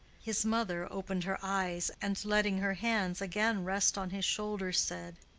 his mother opened her eyes, and letting her hands again rest on his shoulders, said,